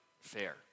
fair